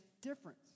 difference